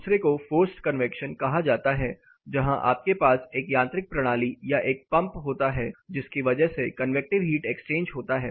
दूसरे को forced convection कहा जाता है जहां आपके पास एक यांत्रिक प्रणाली या एक पंप होता है जिसकी वजह से कनवेक्टिव हीट एक्सचेंज होता है